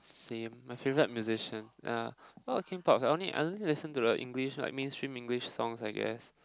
same my favorite musicians uh Linkin-Park I only I only listen to the English like mainstream English songs I guess